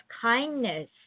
kindness